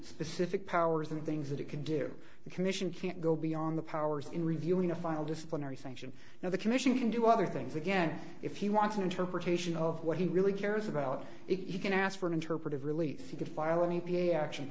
specific powers and things that it could do the commission can't go beyond the powers in reviewing a file disciplinary sanction now the commission can do other things again if he wants an interpretation of what he really cares about it you can ask for an interpretive relief you could file an e p a action